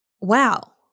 wow